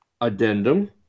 addendum